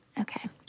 Okay